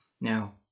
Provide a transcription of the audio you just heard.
Now